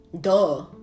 Duh